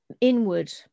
inward